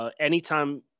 Anytime